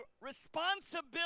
responsibility